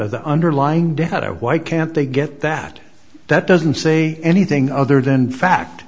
ata the underlying data why can't they get that that doesn't say anything other than fact